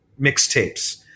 mixtapes